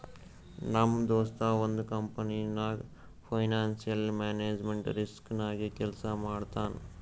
ನಮ್ ದೋಸ್ತ ಒಂದ್ ಕಂಪನಿನಾಗ್ ಫೈನಾನ್ಸಿಯಲ್ ಮ್ಯಾನೇಜ್ಮೆಂಟ್ ರಿಸ್ಕ್ ನಾಗೆ ಕೆಲ್ಸಾ ಮಾಡ್ತಾನ್